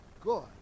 good